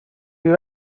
you